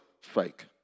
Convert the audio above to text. fake